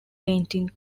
painting